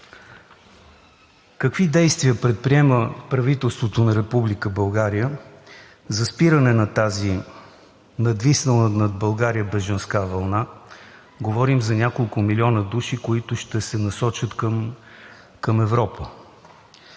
Какви действия предприема правителството на Република България за спиране на тази надвиснала над България бежанска вълна – говорим за няколко милиона души, които ще се насочат към Европа?